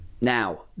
Now